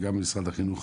גם ממשרד החינוך